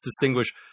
distinguish